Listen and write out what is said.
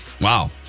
Wow